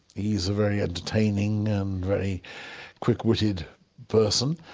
he's a very entertaining and very quick-witted person.